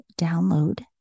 download